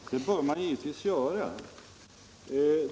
Herr talman! Det bör man givetvis göra.